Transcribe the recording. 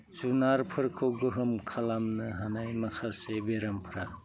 जुनारफोरखौ गोहोम खालामनो हानाय माखासे बेरामफ्रा